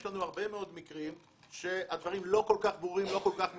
יש לנו הרבה מאוד מקרים שהדברים לא כל כך ברורים ולא כל כך מובנים.